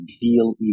deal